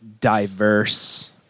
diverse